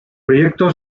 proyecto